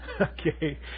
Okay